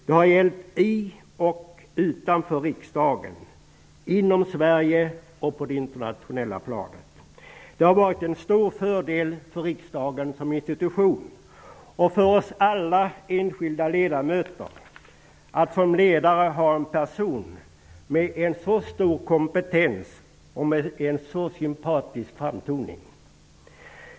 Det har gällt i och utanför riksdagen, inom Sverige och på det internationella planet. Det har varit en stor fördel för riksdagen som institution och för oss alla enskilda ledamöter att som ledare ha en person med en så stor kompetens och med en så sympatisk framtoning.